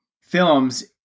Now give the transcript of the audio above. films